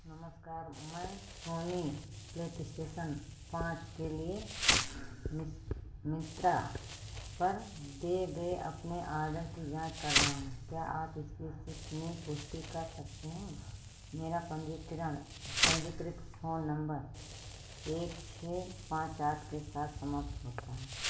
नमस्कार मैं Sony PlayStation पाँच के लिए मिस मित्रा पर दिए गए अपने आर्डर की जाँच कर रहा हूँ क्या आप इसकी स्थिति में पुष्टि कर सकते हैं मेरा पंजीकरण पंजीकृत फोन नंबर एक छः पाँच आठ के साथ समाप्त होता है